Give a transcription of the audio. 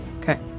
Okay